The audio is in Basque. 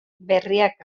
berriak